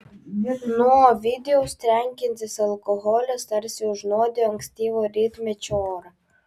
nuo ovidijaus trenkiantis alkoholis tarsi užnuodijo ankstyvo rytmečio orą